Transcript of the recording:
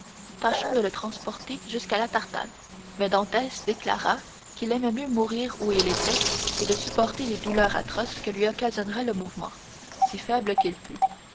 tâchons de le transporter jusqu'à la tartane mais dantès déclara qu'il aimait mieux mourir où il était que de supporter les douleurs atroces que lui occasionnerait le mouvement si faible qu'il fût